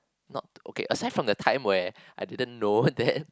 not okay aside from the time where I didn't know that